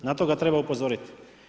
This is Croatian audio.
Na to ga treba upozoriti.